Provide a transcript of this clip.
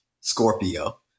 Scorpio